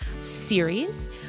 series